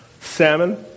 salmon